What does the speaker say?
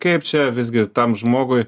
kaip čia visgi tam žmogui